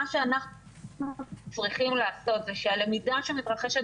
מה שאנחנו צריכים לעשות זה שהלמידה שמתרחשת